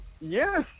Yes